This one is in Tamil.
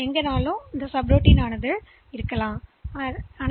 எனவே இந்த சப்ரூட்டீன்எங்கும் இருக்கலாம் குறியீட்டில்